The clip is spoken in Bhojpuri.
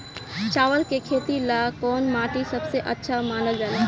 चावल के खेती ला कौन माटी सबसे अच्छा मानल जला?